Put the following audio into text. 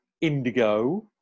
indigo